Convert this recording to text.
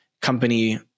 company